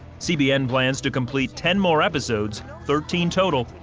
cbn plans to complete ten more episodes, thirteen total,